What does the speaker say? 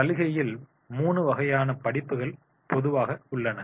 சலுகையில் 3 வகையான படிப்புகள் பொதுவாக உள்ளன